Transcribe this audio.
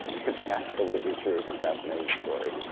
it's absolutely true. it's a fascinating story.